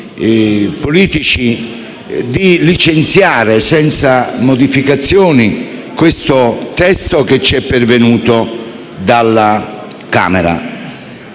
politici, di licenziare senza modificazioni questo testo che ci è pervenuto dalla Camera,